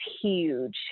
huge